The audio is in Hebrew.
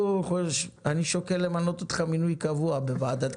אני שוקל למנות אותך למינוי קבוע בוועדה,